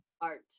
art